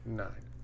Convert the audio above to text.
nine